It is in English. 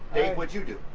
dave, what'd you do?